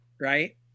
right